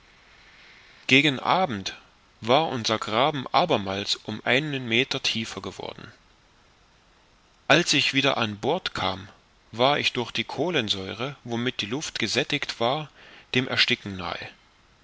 gegen abend war unser graben abermals um einen meter tiefer geworden als ich wieder an bord kam war ich durch die kohlensäure womit die luft gesättigt war dem ersticken nahe